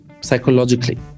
psychologically